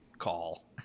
call